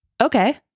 Okay